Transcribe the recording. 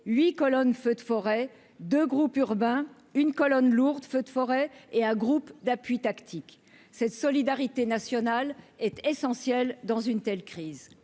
colonnes « feux de forêt », deux groupes urbains, une colonne lourde « feux de forêt » et un groupe d'appui tactique. Cette solidarité nationale est essentielle dans une telle crise.